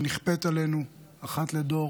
שנכפית עלינו אחת לדור,